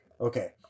Okay